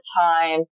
time